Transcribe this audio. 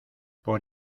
por